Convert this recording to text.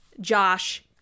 Josh